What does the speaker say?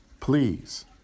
please